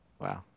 Wow